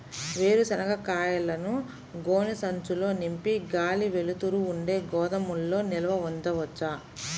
వేరుశనగ కాయలను గోనె సంచుల్లో నింపి గాలి, వెలుతురు ఉండే గోదాముల్లో నిల్వ ఉంచవచ్చా?